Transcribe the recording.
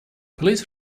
please